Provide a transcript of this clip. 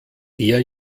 der